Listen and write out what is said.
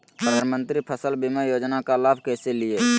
प्रधानमंत्री फसल बीमा योजना का लाभ कैसे लिये?